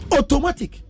Automatic